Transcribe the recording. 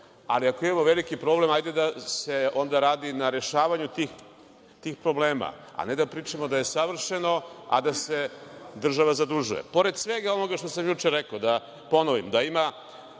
ali ako imamo veliki problem, hajde da se onda radi na rešavanju tih problema, a ne da pričamo da je savršeno, a da se država zadužuje. Pored svega ovoga što sam juče rekao, da ponovim, da ima